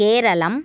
केरलम्